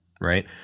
right